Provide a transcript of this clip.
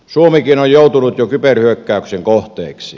suomikin on joutunut jo kyberhyökkäyksen kohteeksi